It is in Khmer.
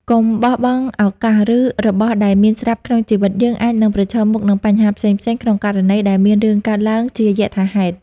កុំបោះបង់ឱកាស ឬរបស់ដែលមានស្រាប់ក្នុងជីវិត យើងអាចនឹងប្រឈមមុខនឹងបញ្ហាផ្សេងៗ ក្នុងករណីដែលមានរឿងកើតឡើងជាយថាហេតុ។